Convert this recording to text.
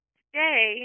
today